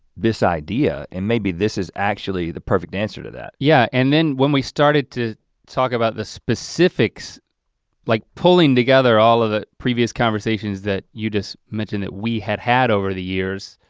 this idea, and maybe this is actually the perfect answer to that. yeah, and then when we started to talk about the specifics like pulling together all of the previous conversations that you just mentioned that we had had over the years,